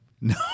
No